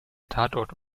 tatort